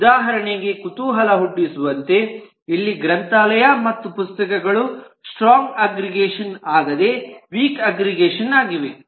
ಉದಾಹರಣೆಗೆ ಕುತೂಹಲಹುಟ್ಟಿಸುವಂತೆ ಇಲ್ಲಿ ಗ್ರಂಥಾಲಯ ಮತ್ತು ಪುಸ್ತಕಗಳು ಸ್ಟ್ರಾಂಗ್ ಅಗ್ರಿಗೇಷನ್ ಆಗದೆ ವೀಕ್ ಅಗ್ರಿಗೇಷನ್ ಆಗಿವೆ